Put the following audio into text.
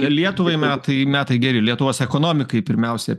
lietuvai metai metai geri lietuvos ekonomikai pirmiausia